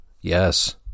Yes